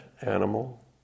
animal